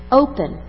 open